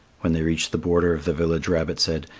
when they reached the border of the village, rabbit said,